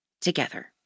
together